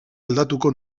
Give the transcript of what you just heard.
aldatuko